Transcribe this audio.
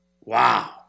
Wow